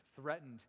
threatened